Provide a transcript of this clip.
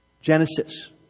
Genesis